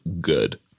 good